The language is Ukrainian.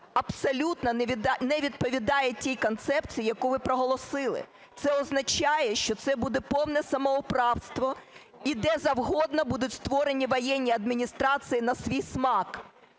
абсолютно не відповідає тій концепції, яку ви проголосили. Це означає, що це буде повне самоуправство і де завгодно будуть створені воєнні адміністрації на свій смак.